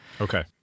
Okay